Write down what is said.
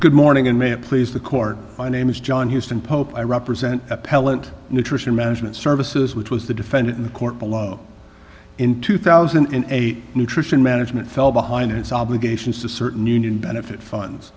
good morning and may it please the court my name is john houston pope i represent appellant nutrition management services which was the defendant in the court below in two thousand and eight nutrition management fell behind its obligations to certain union benefit funds